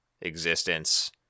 existence